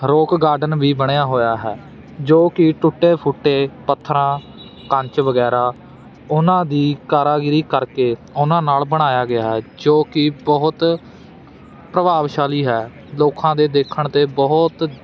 rock Garden ਵੀ ਬਣਿਆ ਹੋਇਆ ਹੈ ਜੋ ਕਿ ਟੁੱਟੇ ਫੁੱਟੇ ਪੱਥਰਾਂ ਕੱਚ ਵਗੈਰਾ ਉਨ੍ਹਾਂ ਦੀ ਕਾਰਾਗੀਰੀ ਕਰਕੇ ਉਨ੍ਹਾਂ ਨਾਲ ਬਣਾਇਆ ਗਿਆ ਹੈ ਜੋ ਕਿ ਬਹੁਤ ਪ੍ਰਭਾਵਸ਼ਾਲੀ ਹੈ ਲੋਕਾਂ ਦੇ ਦੇਖਣ 'ਤੇ ਬਹੁਤ